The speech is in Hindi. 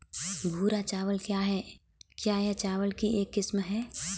भूरा चावल क्या है? क्या यह चावल की एक किस्म है?